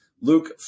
Luke